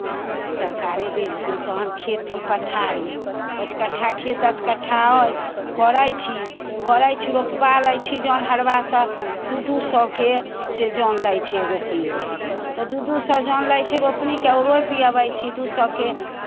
आंय सरकारे देथिन तहन खेती पथारी पाँच कट्ठा खेत दस कट्ठा अइ करै छी करै छी रोपबा लै छी जन हरबाहसँ दू दू सएके से जन लै छै रोपनीके तऽ दू दू सए जन लै छै रोपनीके आओर रोपि अबै छी दू सएके